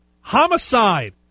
Homicide